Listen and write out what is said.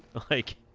like